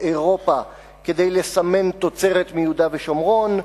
אירופה כדי לסמן תוצרת מיהודה ושומרון,